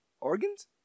organs